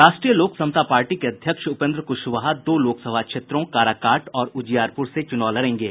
राष्ट्रीय लोक समता पार्टी के अध्यक्ष उपेन्द्र क्शवाहा दो लोकसभा क्षेत्रों काराकाट और उजियारपुर से चुनाव लड़ेंगे